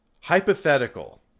Hypothetical